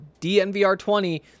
DNVR20